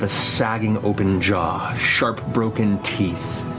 ah sagging, open jaw, sharp, broken teeth.